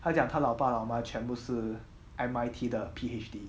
他讲他老爸老妈全部是 M_I_T 的 P_H_D